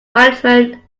management